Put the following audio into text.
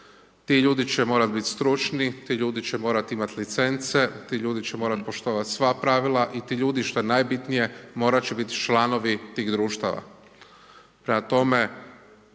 ti ljudi će morat bit stručni, ti ljudi će morat imat licence, ti ljudi će morat poštovat sva pravila i ti ljudi što je najbitnije morat će biti članovi tih društava.